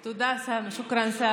תודה, סמי.